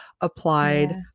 applied